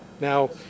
Now